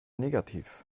negativ